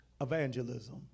evangelism